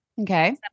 Okay